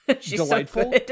delightful